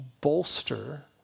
bolster